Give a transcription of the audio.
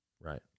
Right